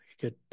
good